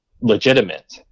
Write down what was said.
legitimate